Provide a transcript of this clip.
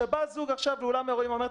שבא זוג לבעל אולם אירועים ואומר,